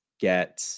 get